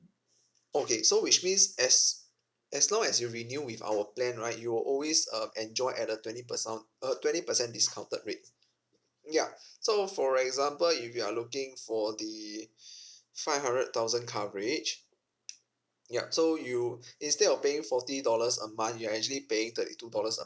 okay so which means as as long as you renew with our plan right you will always um enjoy at a twenty uh twenty percent discounted rate ya so for example if you are looking for the five hundred thousand coverage yup so you instead of paying forty dollars a month you're actually paying thirty two dollars a